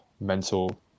mental